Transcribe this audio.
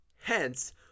Hence